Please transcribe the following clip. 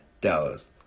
Dallas